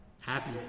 happy